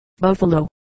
Buffalo